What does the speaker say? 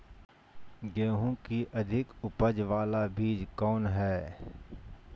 गेंहू की अधिक उपज बाला बीज कौन हैं?